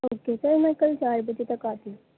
okay sir میں کل چار بجے تک آتی ہوں